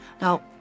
now